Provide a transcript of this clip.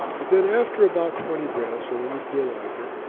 but then after about twenty breaths, or when you feel like it,